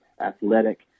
athletic